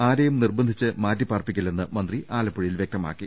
ആരെയും നിർബന്ധിച്ച് മാറ്റിപ്പാർപ്പിക്കില്ലെന്ന് മന്ത്രി ആലപ്പുഴയിൽ വ്യക്തമാക്കി